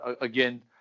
again